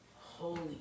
holy